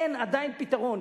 אין עדיין פתרון.